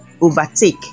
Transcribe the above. overtake